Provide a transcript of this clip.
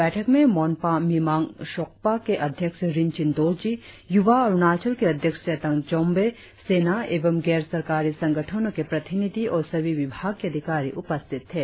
बैठक में मोनपा मिमांग सोग्पा के अध्यक्ष रिनचिन दोरजी यूवा अरुणाचल के अध्यक्ष सेतन चोम्बे सेना एवं गैर सरकारी संगठनों के प्रतिनिधि और सभी विभाग के अधिकारी उपस्थित थे